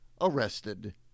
arrested